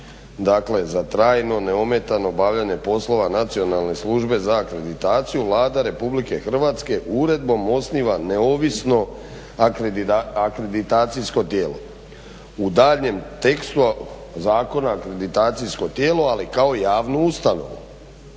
za trajno neometanje obavljanje poslova Nacionalne službe za akreditaciju Vlada Republike Hrvatske uredbom osniva neovisno akreditacijsko tijelo, u daljnjem tekstu zakona akreditacijsko tijelo ali kao javnu ustanovu.